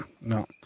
no